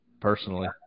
personally